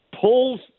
pulls